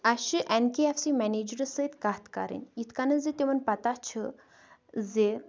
اَسہِ چھِ N K F C مٮ۪نیجرَس سۭتۍ کَتھ کَرٕنۍ یِتھ کَنٮ۪تھ زِ تِمَن پَتہ چھِ زِ